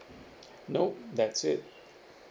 nope that's it